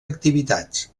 activitats